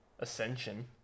Ascension